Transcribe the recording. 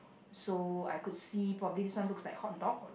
so I could see probably this one looks like hot dog